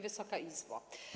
Wysoka Izbo!